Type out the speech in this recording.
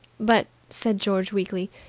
but, said george weakly,